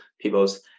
people's